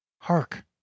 hark